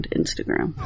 instagram